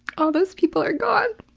all those people are gone.